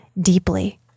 deeply